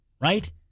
right